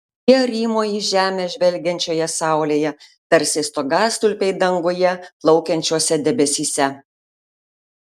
jie rymo į žemę žvelgiančioje saulėje tarsi stogastulpiai danguje plaukiančiuose debesyse